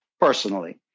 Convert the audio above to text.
personally